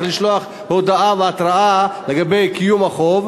צריך לשלוח הודעה והתראה לגבי קיום החוב,